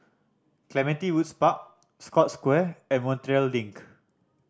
Clementi Woods Park Scotts Square and Montreal Link